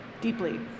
deeply